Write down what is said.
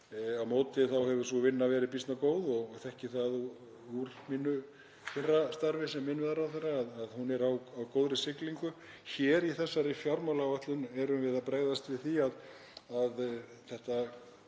Á móti hefur sú vinna verið býsna góð og þekki ég það úr mínu fyrra starfi sem innviðaráðherra að hún er á góðri siglingu. Hér í þessari fjármálaáætlun erum við að bregðast við því að þetta